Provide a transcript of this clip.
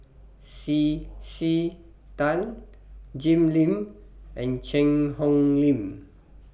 C C Tan Jim Lim and Cheang Hong Lim